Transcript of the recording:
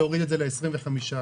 להוריד את זה ל-25 אחוזים.